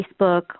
Facebook